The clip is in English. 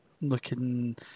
looking